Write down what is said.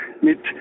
mit